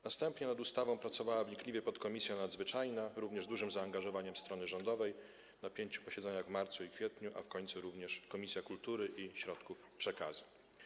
Następnie nad ustawą pracowała wnikliwie podkomisja nadzwyczajna, również z dużym zaangażowaniem strony rządowej, na pięciu posiedzeniach w marcu i kwietniu, a w końcu również Komisja Kultury i Środków Przekazu.